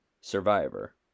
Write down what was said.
Survivor